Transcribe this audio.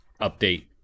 update